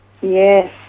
Yes